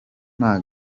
nta